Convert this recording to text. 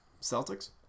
Celtics